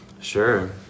sure